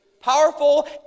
Powerful